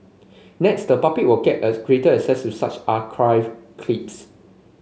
next the public will get greater access to such archived clips